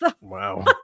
wow